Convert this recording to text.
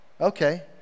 Okay